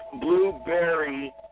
blueberry